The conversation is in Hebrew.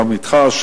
גם אתך,